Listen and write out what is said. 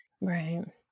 Right